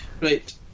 right